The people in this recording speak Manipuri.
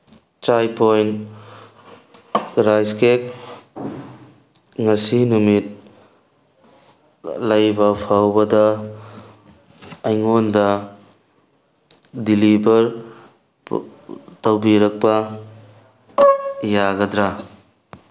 ꯆꯥꯏ ꯄꯣꯏꯟ ꯔꯥꯏꯁ ꯀꯦꯛ ꯉꯁꯤ ꯅꯨꯃꯤꯠ ꯂꯩꯕ ꯐꯥꯎꯕꯗ ꯑꯩꯉꯣꯟꯗ ꯗꯤꯂꯤꯚꯔ ꯇꯧꯕꯤꯔꯛꯄ ꯌꯥꯒꯗ꯭ꯔꯥ